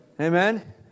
Amen